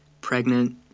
pregnant